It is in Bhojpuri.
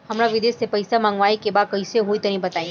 हमरा विदेश से पईसा मंगावे के बा कइसे होई तनि बताई?